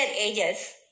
ages